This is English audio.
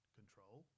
control